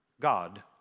God